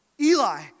Eli